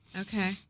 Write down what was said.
Okay